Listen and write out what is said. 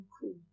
Cool